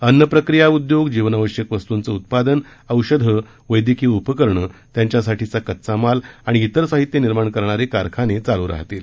अन्नप्रक्रिया उद्योग जीवनावश्यक वस्तूंचं उत्पादन औषधं वैद्यकीय उपकरणं त्यांच्यासाठीचा कच्चामाल आणि वेर साहित्य निर्माण करणारे कारखाने चालू राहतील